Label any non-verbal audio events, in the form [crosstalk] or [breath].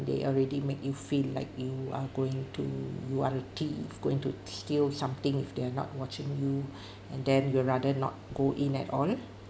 they already make you feel like you are going to you are a thief going to steal something if they are not watching you [breath] and then you'd rather not go in at all